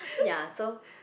ya so